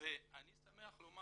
ואני שמח לומר